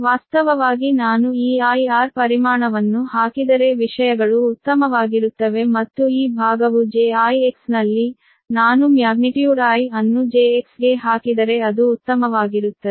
ವಾಸ್ತವವಾಗಿ ನಾನು ಈ I R ಪರಿಮಾಣವನ್ನು ಹಾಕಿದರೆ ವಿಷಯಗಳು ಉತ್ತಮವಾಗಿರುತ್ತವೆ ಮತ್ತು ಈ ಭಾಗವು j IX ನಲ್ಲಿ ನಾನು ಮ್ಯಾಗ್ನಿಟ್ಯೂಡ್ I ಅನ್ನು j X ಗೆ ಹಾಕಿದರೆ ಅದು ಉತ್ತಮವಾಗಿರುತ್ತದೆ